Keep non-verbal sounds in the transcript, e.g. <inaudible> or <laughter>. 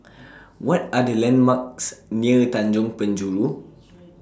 <noise> What Are The landmarks near Tanjong Penjuru